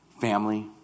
Family